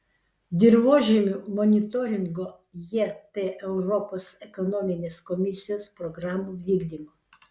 dirvožemių monitoringo jt europos ekonominės komisijos programų vykdymo